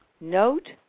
Note